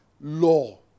law